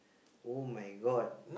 oh-my-God